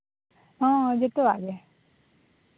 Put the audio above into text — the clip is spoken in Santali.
ᱦᱮᱸ ᱡᱚᱛᱚᱣᱟᱜ ᱜᱮ